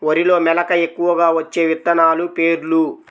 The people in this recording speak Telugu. వరిలో మెలక ఎక్కువగా వచ్చే విత్తనాలు పేర్లు?